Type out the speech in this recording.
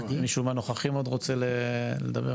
מישהו מהנוכחים עוד רוצה לדבר?